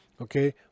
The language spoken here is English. okay